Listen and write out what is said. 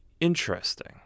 interesting